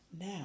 now